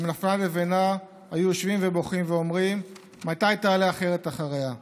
אם נפלה לבנה היו יושבים ובוכים ואומרים: מתי תעלה אחרת אחריה?"